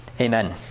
Amen